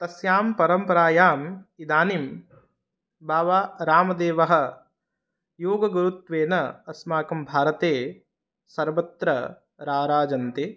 तस्यां परम्परायाम् इदानीं बाबा रामदेवः योगगुरुत्वेन अस्माकं भारते सर्वत्र राराजन्ते